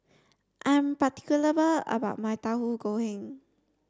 I'm about my Tahu Goreng